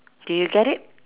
do you get it